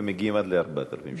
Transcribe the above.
ומגיעים עד ל-4,000 שקל.